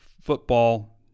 football